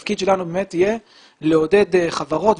התפקיד שלנו יהיה לעודד חברות,